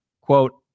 quote